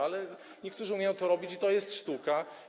ale niektórzy umieją to robić i to jest sztuka.